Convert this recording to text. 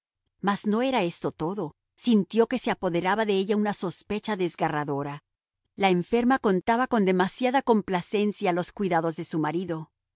mas no era esto todo sintió que se apoderaba de ella una sospecha desgarradora la enferma contaba con demasiada complacencia los cuidados de su marido